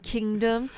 Kingdom